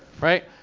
Right